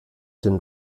dem